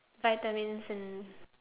vitamins and